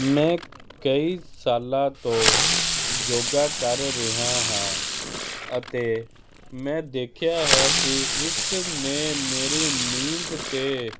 ਕਈ ਸਾਲਾਂ ਤੋਂ ਜੋਗਾ ਕਰ ਰਿਹਾ ਹਾਂ ਅਤੇ ਮੈਂ ਦੇਖਿਆ ਹੈ ਕਿ ਇਸ ਨੇ ਮੇਰੇ ਨੀਂਦ ਤੇ